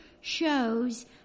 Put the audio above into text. shows